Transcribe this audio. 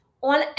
on